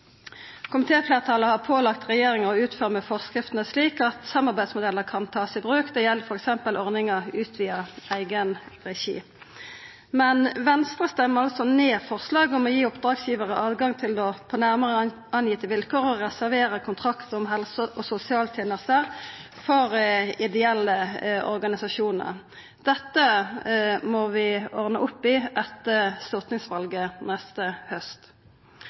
Komitéfleirtalet har pålagt regjeringa å utforma forskriftene slik at ein kan ta i bruk samarbeidsmodellar. Det gjeld f.eks. ordninga «utvida eigenregi». Men Venstre stemmer altså ned forslaget om å gi oppdragsgivarar tilgang til på nærare fastsette vilkår å reservera kontraktar om helse- og sosialtenester for ideelle organisasjonar. Dette må vi ordna opp i etter stortingsvalet neste haust.